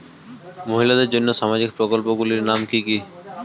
মহিলাদের জন্য সামাজিক প্রকল্প গুলির নাম কি কি?